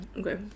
Okay